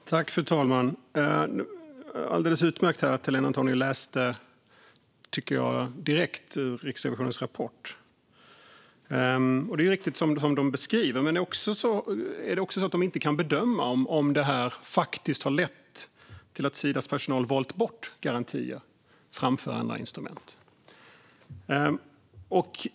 Fru talman! Jag tycker att det är alldeles utmärkt att Helena Antoni läste direkt ur Riksrevisionens rapport. Det är riktigt att det är så de beskriver detta, men det är också så att de inte kan bedöma om det faktiskt har lett till att Sidas personal har valt bort garantier framför andra instrument.